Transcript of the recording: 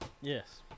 Yes